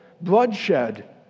bloodshed